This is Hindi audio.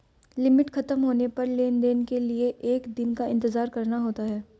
लिमिट खत्म होने पर लेन देन के लिए एक दिन का इंतजार करना होता है